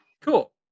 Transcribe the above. Cool